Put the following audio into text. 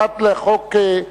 אחת לחוק,